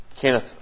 Kenneth